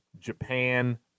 Japan